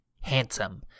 handsome